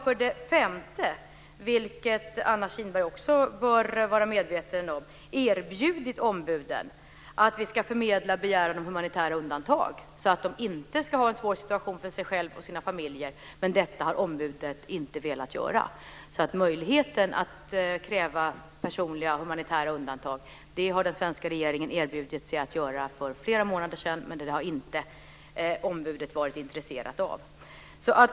För det femte - vilket Anna Kinberg bör vara medveten om - har vi erbjudit ombuden att vi ska förmedla begäran om humanitära undantag så att dessa personer inte ska få en svår situation för sig själva och sina familjer. Men detta har ombuden inte velat. Den svenska regeringen har alltså erbjudit möjligheten att kräva personliga humanitära undantag för flera månader sedan, men ombuden har inte varit intresserade.